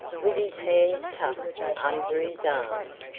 with his hands tucked under his arms,